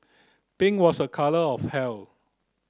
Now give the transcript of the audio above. pink was a colour of health